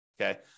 Okay